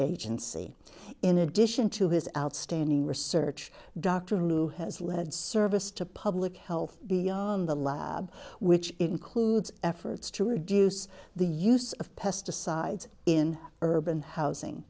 agency in addition to his outstanding research dr who has led service to public health beyond the lab which includes efforts to reduce the use of pesticides in urban housing